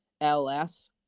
LS